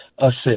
assist